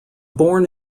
born